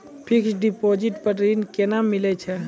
Fixed deposit पर ऋण केना मिलै छै?